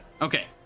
Okay